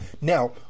now